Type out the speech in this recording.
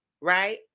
right